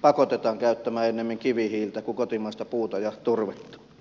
pakotetaan käyttämään ennemmin kivihiiltä kuin kotimaista puuta ja turvetta